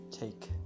take